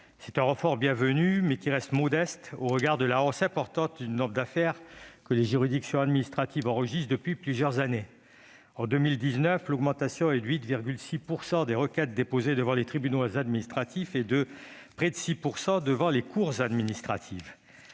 C'est un renfort bienvenu, mais qui reste modeste au regard de la hausse importante du nombre d'affaires que les juridictions administratives enregistrent depuis plusieurs années. En 2019, l'augmentation des requêtes déposées devant les tribunaux administratifs est de 8,7 % et près de 6 % devant les cours administratives